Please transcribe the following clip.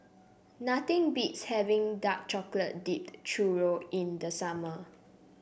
nothing beats having Dark Chocolate Dipped Churro in the summer